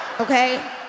Okay